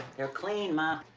they're clean, ma.